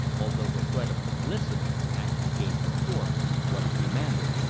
although the threat of publicity actually gained for thorpe what he demanded.